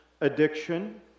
addiction